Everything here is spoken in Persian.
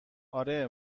آره